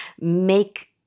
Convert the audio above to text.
make